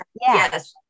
yes